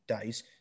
days